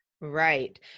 right